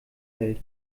hält